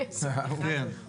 כן.